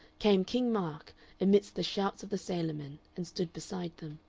came king mark amidst the shouts of the sailormen, and stood beside them.